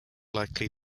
likely